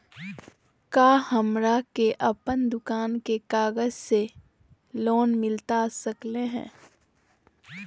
का हमरा के अपन दुकान के कागज से लोन मिलता सकली हई?